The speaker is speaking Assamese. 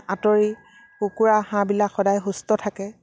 আঁতৰি কুকুৰা হাঁহবিলাক সদায় সুস্থ থাকে